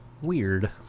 Weird